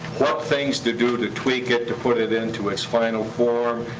what things to do to tweak it to put it into its final form.